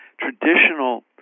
traditional